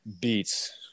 beats